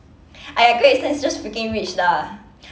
!aiya! great eastern is just freaking rich lah